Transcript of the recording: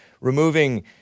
removing